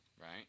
right